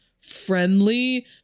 friendly